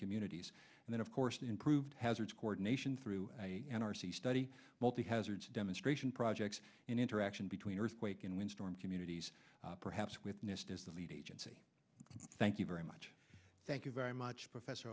communities and then of course the improved hazards coordination through a n r c study multi hazards demonstration projects and interaction between earthquake and wind storm communities perhaps with nist as the lead agency thank you very much thank you very much professor